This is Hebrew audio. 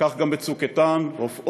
וכך גם ב"צוק איתן" רופאות,